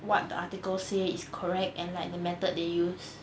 what the article say is correct and like the method they use